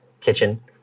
kitchen